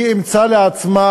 היא אימצה לעצמה